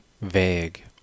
vague